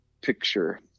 picture